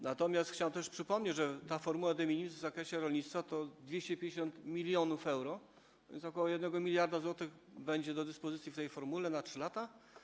Natomiast chciałem przypomnieć, że formuła de minimis w zakresie rolnictwa to 250 mln euro, więc ok. 1 mld zł będzie do dyspozycji w tej formule na 3 lata.